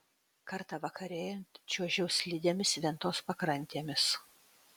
kartą vakarėjant čiuožiau slidėmis ventos pakrantėmis